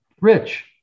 rich